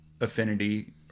affinity